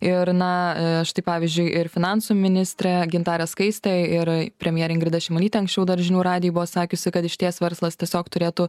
ir na štai pavyzdžiui ir finansų ministrė gintarė skaistė ir premjerė ingrida šimonytė anksčiau dar žinių radijui buvo sakiusi kad išties verslas tiesiog turėtų